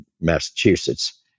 Massachusetts